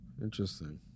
Interesting